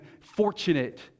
fortunate